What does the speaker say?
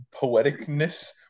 poeticness